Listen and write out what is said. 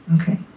okay